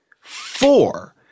Four